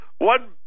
One